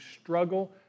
struggle